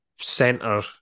center